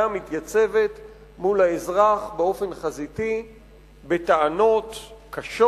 מתייצבת מול האזרח באופן חזיתי בטענות קשות,